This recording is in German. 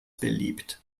beliebt